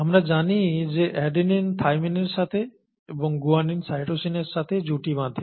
আমরা জানি যে অ্যাডেনিন থাইমিনের সাথে এবং গুয়ানিন সাইটোসিন সাথে জুটি বাঁধে